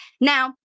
Now